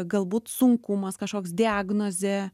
galbūt sunkumas kažkoks diagnozė